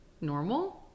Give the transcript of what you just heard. normal